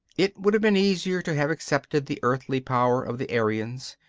it would have been easier to have accepted the earthly power of the arians.